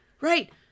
right